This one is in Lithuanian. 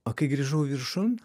o kai grįžau viršun